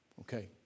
Okay